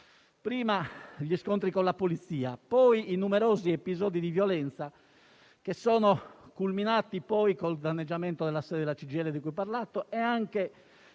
Prima gli scontri con la polizia, poi i numerosi episodi di violenza che sono culminati con il danneggiamento della sede della CGIL di cui ho parlato, ed anche